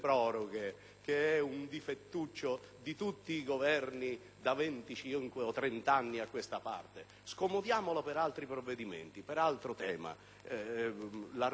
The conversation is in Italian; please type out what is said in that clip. che è un difettuccio di tutti i Governi da 25 o 30 anni a questa parte. Scomodiamola per altri provvedimenti, per altri temi.